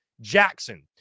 Jackson